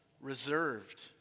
reserved